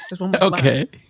Okay